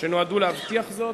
שנועדו להבטיח זאת,